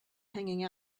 hanging